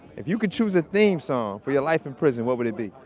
if you could choose a theme song for your life in prison, what would it be?